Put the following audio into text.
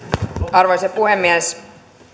arvoisa puhemies